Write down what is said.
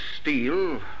steel